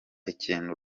ikintu